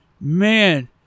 man